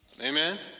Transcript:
Amen